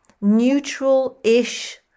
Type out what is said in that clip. neutral-ish